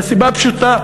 מהסיבה הפשוטה,